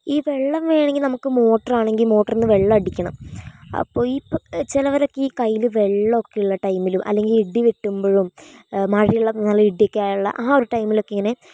ഈ വെള്ളം വേണമെങ്കിൽ നമുക്ക് മോട്ടറാണെങ്കിൽ മോട്ടറിൽ നിന്ന് വെള്ളമടിക്കണം അപ്പോൾ ഈ ചിലവരൊക്കെ ഈ കൈയില് വെള്ളമൊക്കെയുള്ള ടൈമിലും അല്ലെങ്കിൽ ഇടി വെട്ടുമ്പോഴും മഴയുള്ള നല്ല ഇടിയൊക്കെയായുള്ള ആ ഒരു ടൈമിലൊക്കെ ഇങ്ങനെ